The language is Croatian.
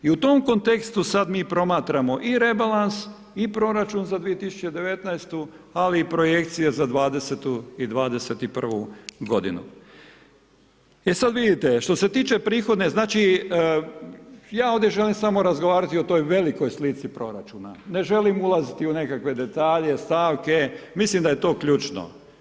I u tom kontekstu sad mi promatramo i rebalans i proračun za 2019. ali i projekcije za 2020. i 2021. g. E sad vidite, što se tiče prihodne, znači, ja ovdje želim samo razgovarati o toj velikoj slici proračuna, ne želim ulaziti u nekakve detalje, stavke, mislim da je to ključno.